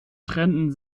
trennen